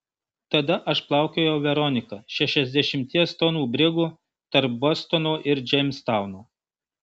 tada aš plaukiojau veronika šešiasdešimties tonų brigu tarp bostono ir džeimstauno